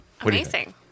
Amazing